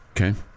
Okay